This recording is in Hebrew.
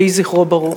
יהי זכרו ברוך.